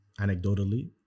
anecdotally